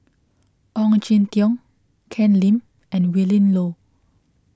Ong Jin Teong Ken Lim and Willin Low